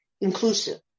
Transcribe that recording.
inclusive